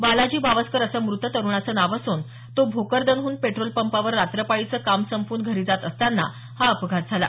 बालाजी बावस्कर असं मृत तरुणाचं नाव असून तो भोकरदनहून पेट्रोलपंपावर रात्रपाळीचं काम संपवून घरी जात असताना हा अपघात झाला